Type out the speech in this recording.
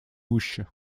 гуще